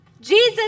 Jesus